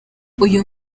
uyu